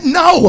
no